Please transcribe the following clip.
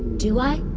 do i?